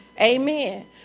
Amen